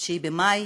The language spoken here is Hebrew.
9 במאי